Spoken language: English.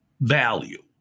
value